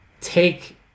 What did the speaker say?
Take